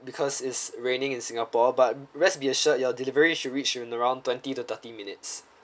because it's raining in singapore but rest be assured your delivery should reach you in around twenty to thirty minutes